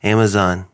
Amazon